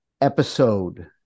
episode